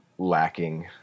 lacking